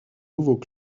nouveau